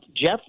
jeff